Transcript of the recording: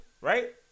Right